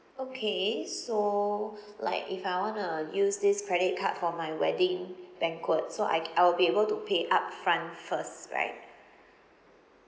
okay so like if I want to use this credit card for my wedding banquet so I c~ I'll be able to pay upfront first right